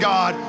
God